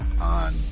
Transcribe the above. on